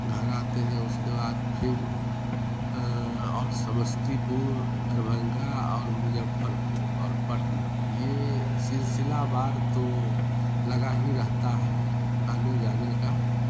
घर आते हैं उस के बाद फ़िर और समस्तीपुर दरभंगा और मुज़फ्फरपुर और पटना ये सिलसिलावार तो लगा ही रहता है आने जाने का